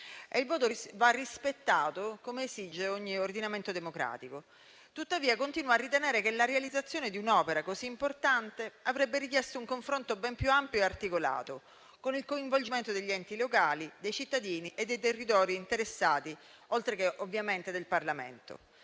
Quel voto va rispettato, come esige ogni ordinamento democratico, tuttavia continuo a ritenere che la realizzazione di un'opera così importante avrebbe richiesto un confronto ben più ampio e articolato, con il coinvolgimento degli enti locali, dei cittadini e dei territori interessati, oltre che ovviamente del Parlamento.